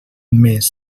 mes